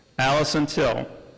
allison till.